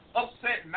upset